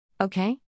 Okay